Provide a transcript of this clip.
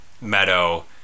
meadow